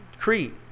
Crete